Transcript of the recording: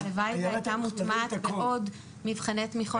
של משרד החינוך שהלוואי שהייתה מוטמעת בעוד מבחני תמיכות.